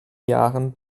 jahren